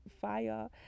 fire